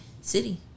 city